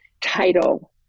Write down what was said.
title